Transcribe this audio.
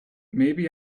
maybe